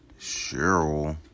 Cheryl